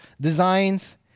designs